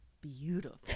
Beautiful